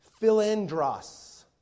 philandros